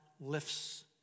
lifts